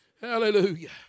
Hallelujah